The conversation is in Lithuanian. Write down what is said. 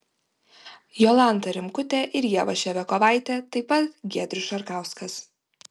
jolanta rimkutė ir ieva ševiakovaitė taip pat giedrius šarkauskas